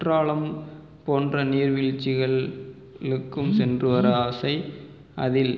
குற்றாலம் போன்ற நீர்வீழ்ச்சிகள் களுக்கும் சென்று வர ஆசை அதில்